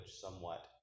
somewhat